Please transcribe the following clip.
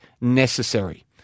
necessary